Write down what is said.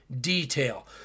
detail